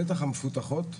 בטח המפותחות,